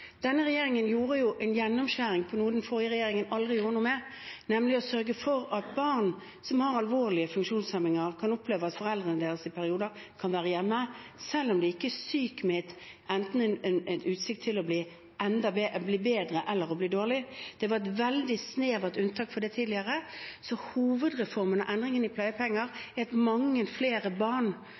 Denne regjeringen skar jo igjennom på noe den forrige regjeringen aldri gjorde noe med, nemlig å sørge for at barn som har alvorlige funksjonshemninger, kan oppleve at foreldrene deres i perioder kan være hjemme, enten barna har utsikt til å bli bedre eller til å bli dårligere. Det var et veldig snevert unntak for dette tidligere. Hovedreformen når det gjelder endringene i pleiepengeordningen, er at mange flere barn